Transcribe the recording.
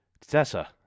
Tessa